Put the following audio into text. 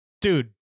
dude